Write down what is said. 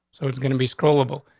so it's gonna be scalable.